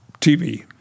TV